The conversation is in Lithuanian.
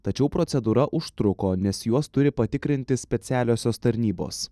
tačiau procedūra užtruko nes juos turi patikrinti specialiosios tarnybos